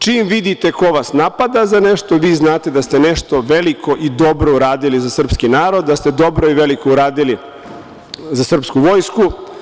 Čim vidite ko vas napada za nešto, vi znate da ste nešto veliko i dobro uradili za srpski narod, da ste dobro i veliko uradili za srpsku vojsku.